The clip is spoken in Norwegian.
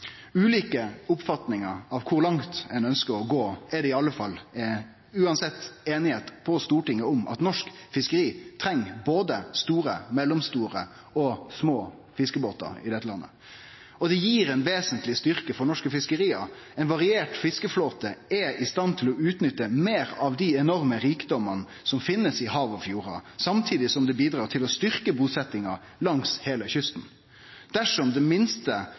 ulike oppfatningar av kor langt ein ønskjer å gå, er det i alle fall uansett einigheit på Stortinget om at norsk fiskeri treng både store, mellomstore og små fiskebåtar. Det gir ein vesentleg styrke for norske fiskeriar. Ein variert fiskeflåte er i stand til å utnytte meir av dei enorme rikdomane som finst i hav og fjordar, samtidig som det bidrar til å styrke bosettinga langs heile kysten. Dersom den minste